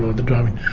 the driving.